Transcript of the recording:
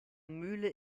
mühle